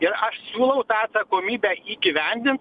ir aš siūlau tą atsakomybę įgyvendint